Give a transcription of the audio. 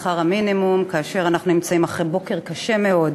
שכר המינימום כאשר אנחנו נמצאים אחרי בוקר קשה מאוד.